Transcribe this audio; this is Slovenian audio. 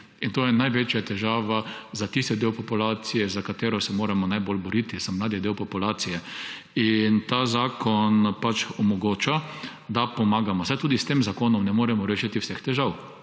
je. To je največja težava za tisti del populacije, za katerega se moramo najbolj boriti, za mladi del populacije. Ta zakon omogoča, da pomagamo. Saj tudi s tem zakonom ne moremo rešiti vseh težav,